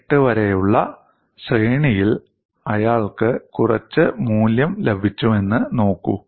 28 വരെയുള്ള ശ്രേണിയിൽ അയാൾക്ക് കുറച്ച് മൂല്യം ലഭിച്ചുവെന്ന് നോക്കൂ